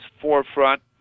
forefront